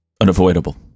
unavoidable